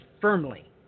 firmly